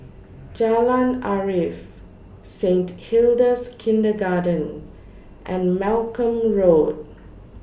Jalan Arif Saint Hilda's Kindergarten and Malcolm Road